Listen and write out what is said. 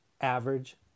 average